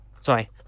Sorry